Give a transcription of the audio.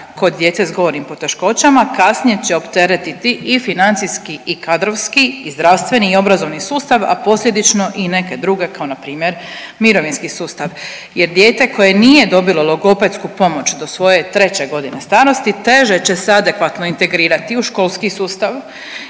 kod djece s govornim poteškoćama kasnije će opteretiti i financijski i kadrovski i zdravstveni i obrazovni sustav, a posljedično i neke druge kao npr. mirovinski sustav jer dijete koje nije dobilo logopedsku pomoć do svoje 3.g. starosti teže će se adekvatno integrirati u školski sustav,